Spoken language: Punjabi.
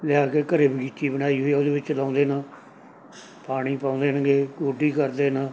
ਲਿਆ ਕੇ ਘਰ ਬਗੀਚੀ ਬਣਾਈ ਹੋਈ ਉਹਦੇ ਵਿੱਚ ਲਾਉਂਦੇ ਨਾ ਪਾਣੀ ਪਾਉਂਦੇ ਨੇਗੇ ਗੋਡੀ ਕਰਦੇ ਨਾ